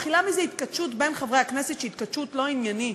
מתחילה מזה התכתשות בין חברי הכנסת שהיא התכתשות לא עניינית,